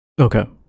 Okay